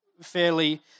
fairly